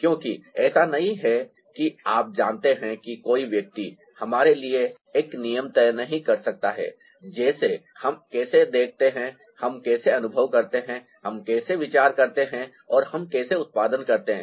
क्योंकि ऐसा नहीं है कि आप जानते हैं कि कोई व्यक्ति हमारे लिए एक नियम तय नहीं कर सकता है जैसे हम कैसे देखते हैं हम कैसे अनुभव करते हैं हम कैसे विचार करते हैं और हम कैसे उत्पादन करते हैं